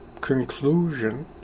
conclusion